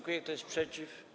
Kto jest przeciw?